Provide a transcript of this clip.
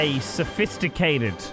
sophisticated